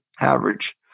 average